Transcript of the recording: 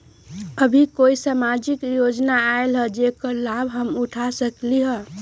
अभी कोई सामाजिक योजना आयल है जेकर लाभ हम उठा सकली ह?